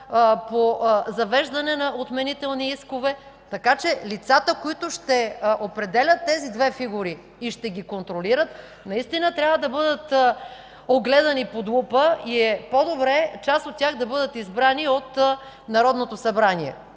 по завеждане на отменителни искове. Така че лицата, които ще определят тези две фигури и ще ги контролират, наистина трябва да бъдат огледани под лупа и е по-добре част от тях да бъдат избрани от Народното събрание.